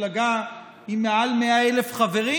מפלגה עם מעל 100,000 חברים,